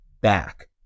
back